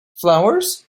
flowers